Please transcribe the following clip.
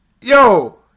yo